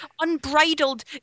unbridled